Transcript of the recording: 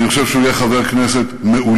אני חושב שהוא יהיה חבר כנסת מעולה,